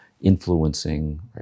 influencing